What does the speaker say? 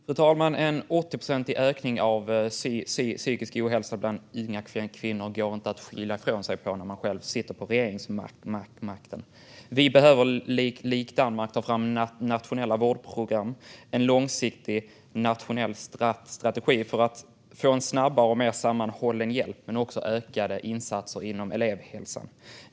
Fru talman! En 80-procentig ökning av psykisk ohälsa bland unga kvinnor går inte att skylla ifrån sig när man själv sitter på regeringsmakten. Vi behöver likt Danmark ta fram nationella vårdprogram och en långsiktig nationell strategi för att få en snabbare och mer sammanhållen hjälp men också ökade insatser inom elevhälsan.